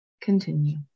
continue